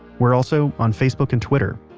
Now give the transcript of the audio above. we're also on facebook and twitter.